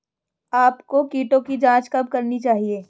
आपको कीटों की जांच कब करनी चाहिए?